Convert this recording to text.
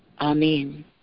Amen